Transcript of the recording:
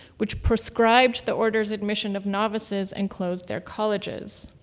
which proscribed the order's admission of novices and closed their colleges.